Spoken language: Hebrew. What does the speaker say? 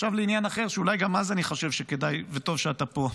עכשיו לעניין אחר שאולי גם אז אני חושב שכדאי וטוב שאתה פה,